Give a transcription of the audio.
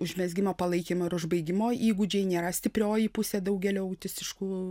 užmezgimo palaikymo ir užbaigimo įgūdžiai nėra stiprioji pusė daugelio autistiškų